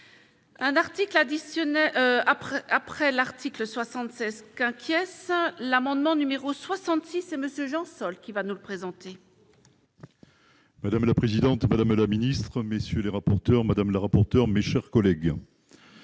Un article additionnel après après l'article 76 qu'inquiet, ça l'amendement numéro 66 monsieur Jean Sol qui va nous représenter. Madame la présidente, madame la ministre, messieurs les rapporteurs madame le rapporteur, mes chers collègues.